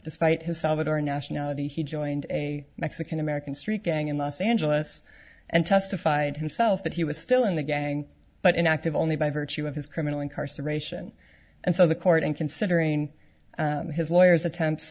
despite his salvadoran nationality he joined a mexican american street gang in los angeles and testified himself that he was still in the gang but inactive only by virtue of his criminal incarceration and so the court and considering his lawyers attempts